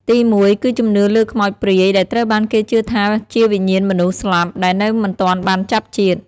ទីមួយ គឺជំនឿលើខ្មោចព្រាយដែលត្រូវបានគេជឿថាជាវិញ្ញាណមនុស្សស្លាប់ដែលនៅមិនទាន់បានចាប់ជាតិ។